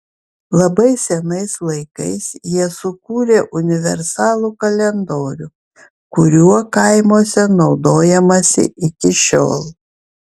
labai senais laikais jie sukūrė universalų kalendorių kuriuo kaimuose naudojamasi iki šiol